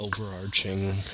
overarching